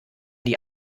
die